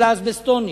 או לאזבסטונים,